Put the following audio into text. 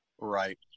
Right